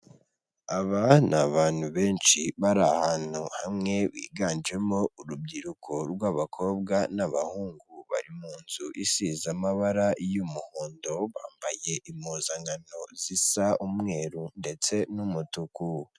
Aba ni abantu benshi bari ahantu hamwe biganjemo urubyiruko rw'abakobwa n'abahungu, bari mu nzu isize amabara y'umuhondo, bambaye impuzankano zisa umweru ndetse n'umutuku.